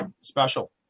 special